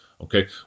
Okay